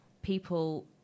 people